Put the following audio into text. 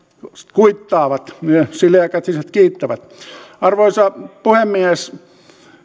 kuittaavat sileäkätiset kiittävät arvoisa puhemies